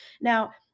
Now